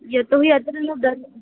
यतो हि अत्र न दर्